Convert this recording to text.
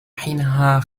حينها